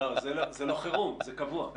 זה לא חירום, זה קבוע.